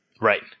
Right